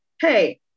hey